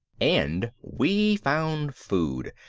and we found food.